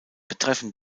betreffen